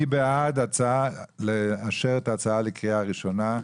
מי בעד לאשר את ההצעה לקריאה ראשונה?